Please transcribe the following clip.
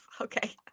okay